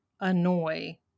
annoy